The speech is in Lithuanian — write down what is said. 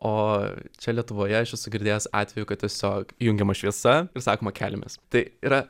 o čia lietuvoje aš esu girdėjęs atvejų kad tiesiog įjungiama šviesa ir sakoma keliamės tai yra